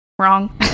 Wrong